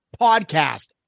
podcast